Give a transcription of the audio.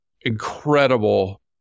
incredible